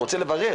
והוא רוצה לברר